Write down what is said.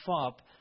up